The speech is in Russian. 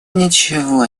ничего